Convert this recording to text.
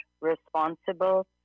responsible